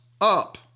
up